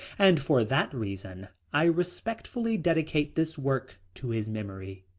and for that reason i respectfully dedicate this work to his memory.